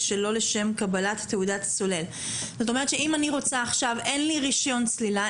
שלא לשם קבלת תעודת צולל." זאת אומרת שאם אין לי רישיון צלילה,